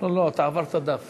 שעל דעת כולם עושה את אחת